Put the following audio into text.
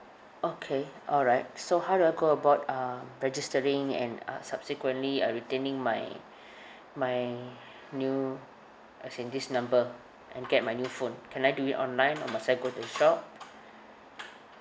okay alright so how do I go about um registering and uh subsequently uh retaining my my new as in this number and get my new phone can I do it online or must I go to the shop